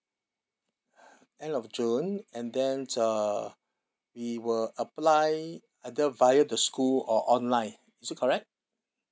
end of june and then it's uh we were apply are they via the school or online is it correct